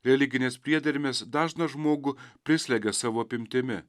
religinės priedermės dažną žmogų prislegia savo apimtimi